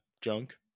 Junk